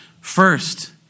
First